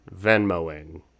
Venmoing